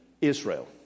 Israel